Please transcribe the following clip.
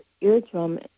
eardrum